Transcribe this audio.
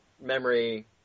memory